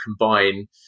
combine